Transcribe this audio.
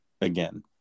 again